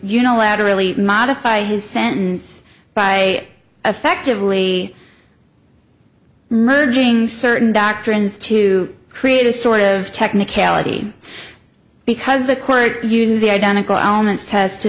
unilaterally modify his sentence by effectively merging certain doctrines to create a sort of technicality because the court uses the identical elements test to